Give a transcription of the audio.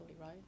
right